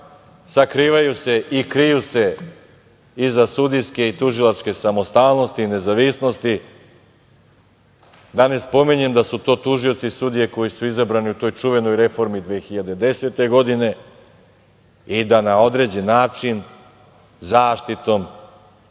sakrivaju se i kriju se iza sudijske i tužilačke samostalnosti i nezavisnosti. Da ne spominjem da su to tužioci i sudije koji su izabrani u toj čuvenoj reformi 2010. godine i da na određen način, zaštitom,